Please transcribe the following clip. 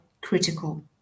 critical